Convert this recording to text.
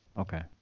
Okay